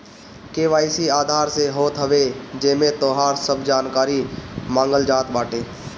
KYC Aadhaar से होत हवे जेमे तोहार सब जानकारी मांगल जात बाटे